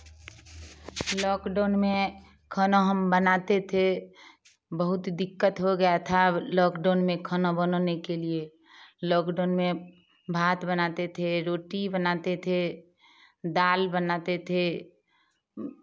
lockdown में खाना हम बनाते थे बहुत दिक्कत हो गया था लॉकडाउन में खाना बनाने के लिए लॉकडाउन में भात बनाते थे रोटी बनाते थे दाल बनाते थे